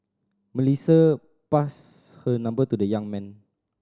Melissa passed her number to the young man